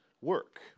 work